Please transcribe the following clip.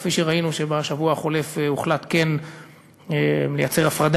כפי שראינו שבשבוע החולף הוחלט כן לייצר הפרדה